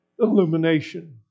illumination